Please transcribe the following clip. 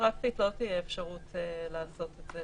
פרקטית לא תהיה אפשרות לעשות את זה.